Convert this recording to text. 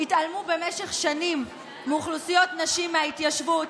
התעלמו במשך שנים מאוכלוסיות נשים מההתיישבות,